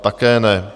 Také ne.